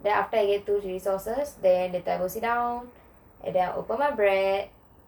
then after I get two chilli sauces then I go and sit down then I open my bread